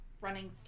running